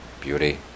beauty